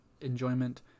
enjoyment